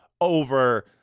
over